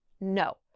No